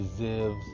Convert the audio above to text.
deserves